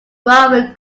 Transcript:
railway